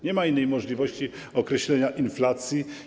Nie ma innej możliwości określenia inflacji.